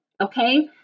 okay